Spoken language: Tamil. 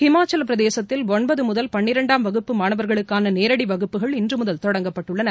இமாச்சலப்பிரதேசத்தில் ஒன்பது முதல் பன்ளிரெண்டாம் வகுப்பு மாணவா்களுக்கான நேரடி வகுப்புகள் இன்று முதல் தொடங்கப்பட்டுள்ளன